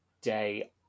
day